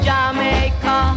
Jamaica